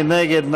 מי נגד?